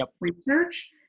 research